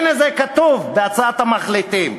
הנה, זה כתוב בהצעת המחליטים.